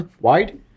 wide